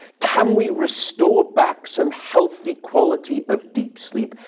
can we restore back some healthy quality of deep sleep?